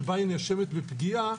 שבה היא נאשמת בפגיעה,